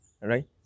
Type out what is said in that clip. right